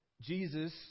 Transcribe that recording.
Jesus